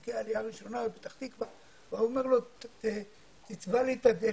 מוותיקי העלייה הראשונה בפתח תקווה וההוא אומר לו לצבוע לו את הדלת.